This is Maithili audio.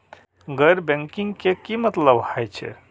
गैर बैंकिंग के की मतलब हे छे?